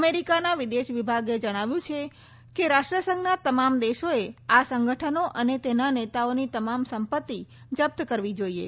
અમેરિકાના વિદેશ વિભાગે જણાવ્યું છે કે રાષ્ટ્રસંઘના તમામ દેશોએ આ સંગઠનો અને તેના નેતાઓની તમામ સંપત્તિ જપ્ત કરવી જોઈએ